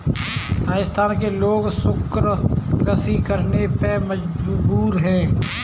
राजस्थान के लोग शुष्क कृषि करने पे मजबूर हैं